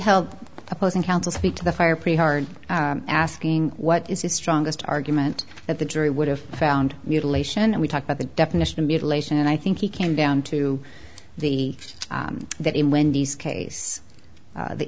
help opposing counsel speak to the fire pretty hard asking what is the strongest argument that the jury would have found mutilation and we talk about the definition of mutilation and i think he came down to the that in wendy's case